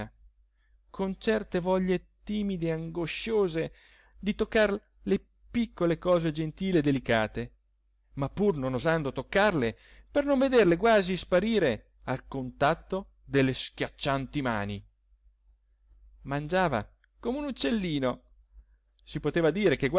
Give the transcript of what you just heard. con certe voglie timide e angosciose di toccare le piccole cose gentili e delicate ma pur non osando toccarle per non vederle quasi sparire al contatto delle schiaccianti mani mangiava come un uccellino si poteva dire che